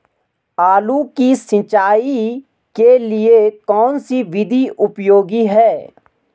आलू की सिंचाई के लिए कौन सी विधि उपयोगी है?